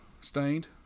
Stained